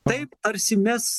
taip tarsi mes